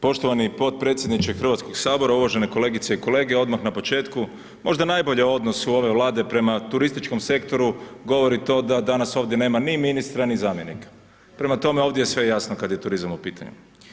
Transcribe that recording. Poštovani potpredsjedniče Hrvatskog sabora, uvažene kolegice i kolege, odmah na početku možda najbolje o odnosu ove Vlade prema turističkom sektoru govori to da danas ovdje nema ni ministra ni zamjenika, prema tome, ovdje sve jasno kad je turizam u pitanju.